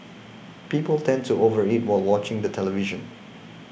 people tend to over eat while watching the television